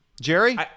Jerry